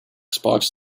xbox